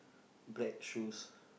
black shoes